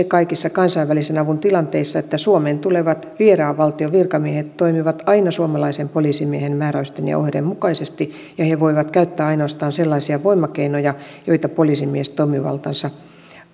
kaikissa kansainvälisen avun tilanteissa se että suomeen tulevat vieraan valtion virkamiehet toimivat aina suomalaisen poliisimiehen määräysten ja ohjeiden mukaisesti ja he voivat käyttää ainoastaan sellaisia voimakeinoja joita poliisimies toimivaltansa